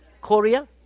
Korea